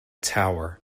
tower